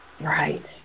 Right